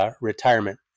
retirement